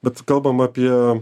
bet kalbam apie